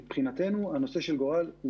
מבחינתנו הנושא של גורל,